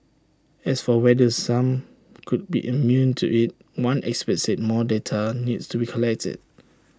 as for whether some could be immune to IT one expert said more data needs to be collated